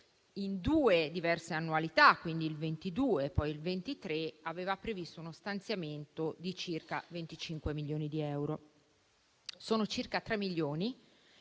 in due diverse annualità, nel 2022 e nel 2023, aveva previsto uno stanziamento di circa 25 milioni di euro. Sono circa 3 milioni